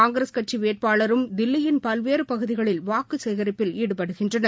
காங்கிரஸ் கட்சி வேட்பாளர்களும் தில்லியின் பல்வேறு பகுதிகளில் வாக்கு சேகரிப்பில் ஈடுபடுகின்றனர்